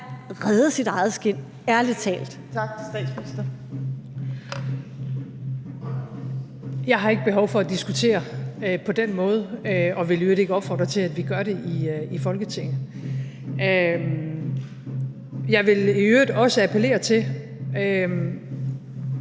14:52 Statsministeren (Mette Frederiksen): Jeg har ikke behov for at diskutere på den måde og vil i øvrigt ikke opfordre til, at vi gør det i Folketinget. Jeg vil i øvrigt også appellere til, at